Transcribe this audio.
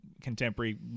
contemporary